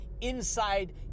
inside